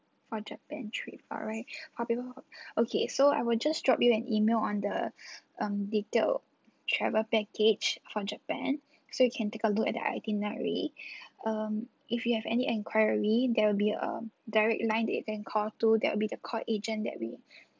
for japan trip alright I'll be wo~ okay so I will just drop you an email on the um detailed travel package for japan so you can take a look at the itinerary um if you have any inquiry there will be a direct line that you then call to that would be the call agent that we